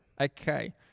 Okay